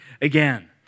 again